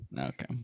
Okay